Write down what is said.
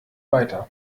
weiter